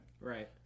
Right